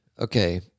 okay